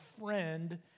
friend